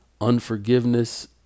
unforgiveness